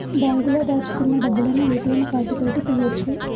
బాంకులో దాచుకున్న డబ్బులను ఏ.టి.యం కార్డు తోటి తీయ్యొచు